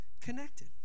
connected